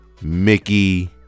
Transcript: Mickey